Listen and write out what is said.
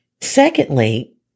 Secondly